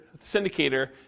syndicator